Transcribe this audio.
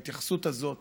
ההתייחסות הזאת